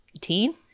teen